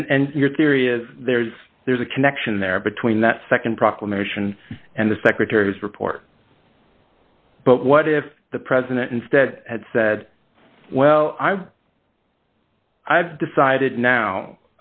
and your theory of there is there's a connection there between that nd proclamation and the secretary's report but what if the president instead had said well i'm i've decided now